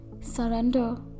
surrender